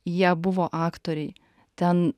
jie buvo aktoriai ten